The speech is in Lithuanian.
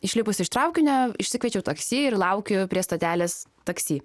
išlipusi iš traukinio išsikviečiau taksi ir laukiu prie stotelės taksi